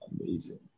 amazing